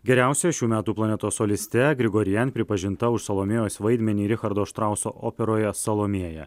geriausia šių metų planetos soliste grigorian pripažinta už salomėjos vaidmenį richardo štrauso operoje salomėja